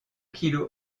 kilos